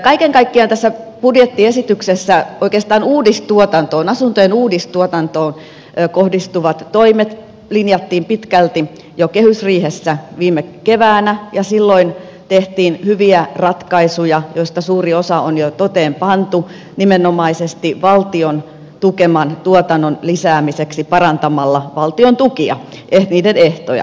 kaiken kaikkiaan tässä budjettiesityksessä oikeastaan asuntojen uudistuotantoon kohdistuvat toimet linjattiin pitkälti jo kehysriihessä viime keväänä ja silloin tehtiin hyviä ratkaisuja joista suuri osa on jo toteen pantu nimenomaisesti valtion tukeman tuotannon lisäämiseksi parantamalla valtion tukia niiden ehtoja